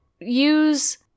use